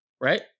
right